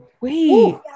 Wait